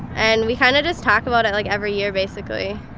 and we kind of just talk about it like every year, basically.